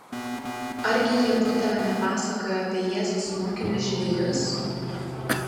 argi ievutė nepasakojo apie jėzaus mokinius žvejus